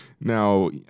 now